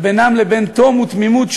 ובינם לבין תום ותמימות,